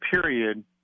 period